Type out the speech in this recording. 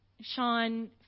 Sean